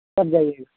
کب جائیے گا